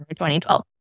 2012